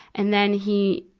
and then he,